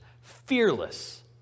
Fearless